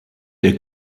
der